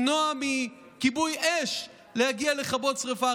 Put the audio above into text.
ולמנוע מכיבוי אש להגיע לכבות שרפה.